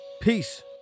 Peace